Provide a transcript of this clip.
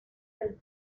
del